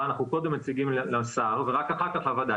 אנחנו קודם מציגים לשר ורק אחר כך לוועדה.